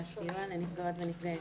הסיוע לנפגעות ולנפגעי תקיפה מינית.